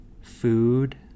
food